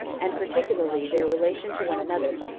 and particularly their relation to one another,